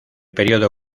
período